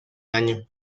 año